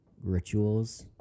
rituals